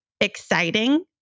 exciting